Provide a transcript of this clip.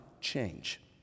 change